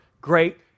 great